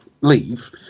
Leave